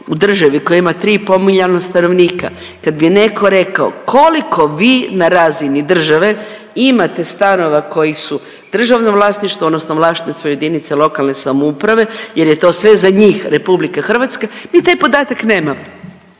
u državi koja ima 3,5 milijuna stanovnika, kad bi neko rekao koliko vi na razini države imate stanova koji su u državnom vlasništvu odnosno u vlasništvu JLS jer je to sve za njih RH, mi taj podatak nemamo,